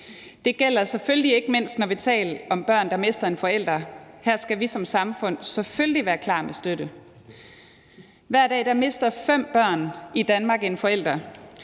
Det gælder selvfølgelig ikke mindst, når vi taler om børn, der mister en forælder. Her skal vi som samfund selvfølgelig være klar med støtte. Hver dag mister fem børn i Danmark en forælder,